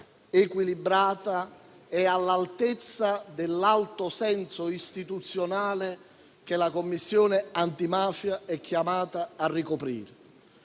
equilibrata e all'altezza dell'alto senso istituzionale che la Commissione antimafia è chiamata a ricoprire.